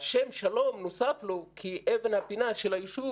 השם שלום נוסף לו כי אבן הפינה של היישוב